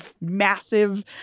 massive